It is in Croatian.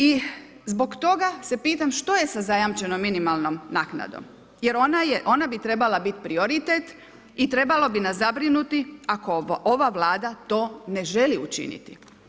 I zbog toga se pitam što je sa zajamčenom minimalnom naknadom jer ona bi trebala biti prioritet i trebalo bi nas zabrinuti ako ova Vlada to ne želi učiniti.